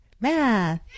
math